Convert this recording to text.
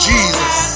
Jesus